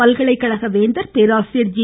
பல்கலைக்கழக வேந்தர் பேராசிரியர் ஜி